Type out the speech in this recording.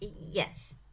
yes